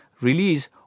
release